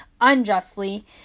unjustly